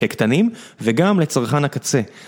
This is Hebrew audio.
הקטנים וגם לצרכן הקצה.